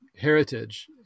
heritage